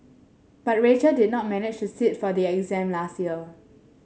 but Rachel did not manage to sit for the exam last year